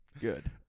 Good